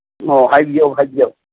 ꯑꯣ ꯍꯥꯏꯕꯤꯌꯨ ꯍꯥꯏꯕꯤꯌꯨ